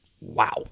Wow